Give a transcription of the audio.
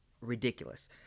ridiculous